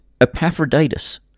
Epaphroditus